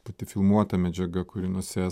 pati filmuota medžiaga kuri nusės